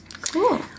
Cool